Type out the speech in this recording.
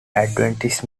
adventist